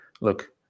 Look